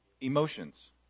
emotions